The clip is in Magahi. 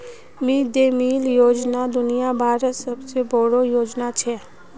मिड दे मील योजना दुनिया भरत सबसे बोडो योजना छे